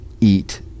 eat